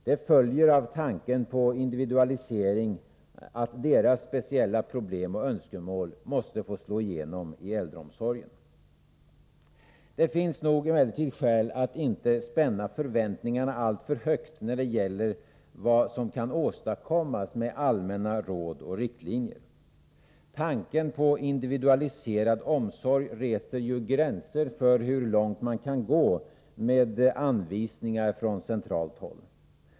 Det följer av tanken på individualisering att deras speciella problem och önskemål måste få slå igenom i äldreomsorgen. Det finns emellertid skäl att inte ha alltför högt ställda förväntningar när det gäller vad som kan åstadkommas med allmänna råd och riktlinjer. Tanken på individualiserad omsorg reser ju gränser för hur långt man kan gå med anvisningar från centralt håll.